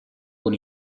con